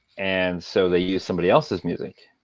and so they use somebody else's music.